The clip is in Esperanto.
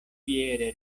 fiere